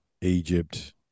Egypt